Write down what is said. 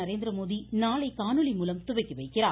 நரேந்திரமோடி நாளை காணொலிமூலம் துவக்கிவைக்கிறார்